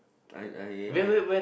I I I